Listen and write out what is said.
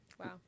Wow